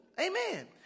Amen